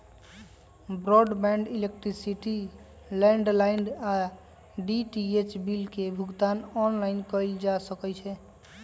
broadband, electricity, landline आऽ DTH bill के भुगतान ऑनलाइन कएल जा सकइ छै